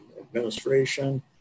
administration